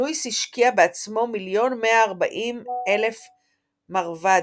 לואיס השקיע בעצמו מיליון מאה וארבעים אלף מראוודיס,